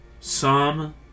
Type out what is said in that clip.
Psalm